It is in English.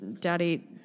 daddy